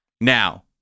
Now